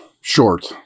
short